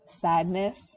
Sadness